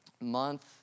month